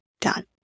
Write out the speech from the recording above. done